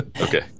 Okay